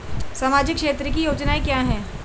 सामाजिक क्षेत्र की योजनाएं क्या हैं?